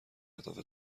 اهداف